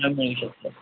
हां मिळू शकतं